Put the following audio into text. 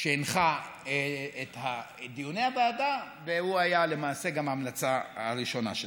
שהנחה את דיוני הוועדה והוא היה למעשה גם ההמלצה הראשונה שלה.